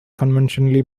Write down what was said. conventionally